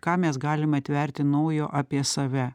ką mes galim atverti naujo apie save